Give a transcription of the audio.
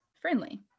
friendly